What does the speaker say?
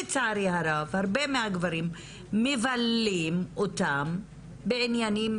לצערי הרב הרבה מהגברים מבלים אותם בעניינים